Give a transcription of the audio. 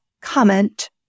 comment